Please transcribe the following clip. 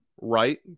right